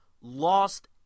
lost